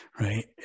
Right